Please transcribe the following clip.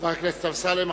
חבר הכנסת אמסלם,